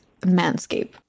manscape